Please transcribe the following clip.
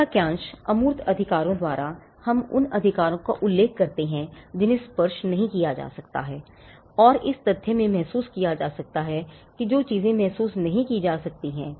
अब वाक्यांश अमूर्त अधिकारों द्वारा हम उन अधिकारों का उल्लेख करते हैं जिन्हें स्पर्श नहीं किया जा सकता है और इस तथ्य में महसूस किया जाता है कि जो चीजें महसूस नहीं की जा सकती हैं